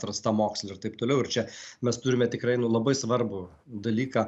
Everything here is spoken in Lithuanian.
atrasta mokslo ir taip toliau ir čia mes turime tikrai nu labai svarbų dalyką